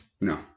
No